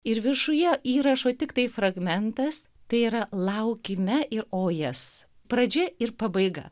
ir viršuje įrašo tiktai fragmentas tai yra laukime ir ojas pradžia ir pabaiga